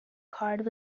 card